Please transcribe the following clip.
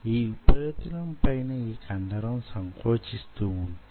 ఈ ఉపరితలం పైన ఈ కండరం సంకోచిస్తూ వుంటే